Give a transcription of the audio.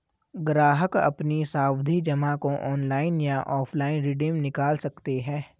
ग्राहक अपनी सावधि जमा को ऑनलाइन या ऑफलाइन रिडीम निकाल सकते है